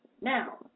Now